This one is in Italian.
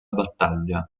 battaglia